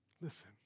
listen